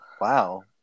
Wow